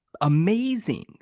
amazing